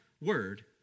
word